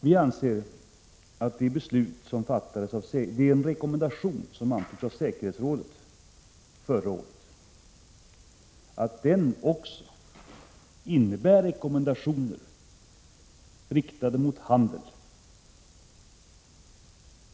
Vi anser att den rekommendation som antogs av Säkerhetsrådet förra året också innebär en rekommendation riktad mot handel.